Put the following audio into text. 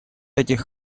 этих